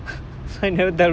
with very white spiritual